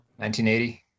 1980